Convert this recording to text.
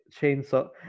chainsaw